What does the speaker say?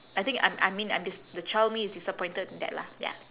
I think I'm I mean I'm dis~ the child me is disappointed in that lah ya